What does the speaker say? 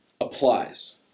applies